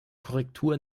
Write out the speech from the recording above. korrektur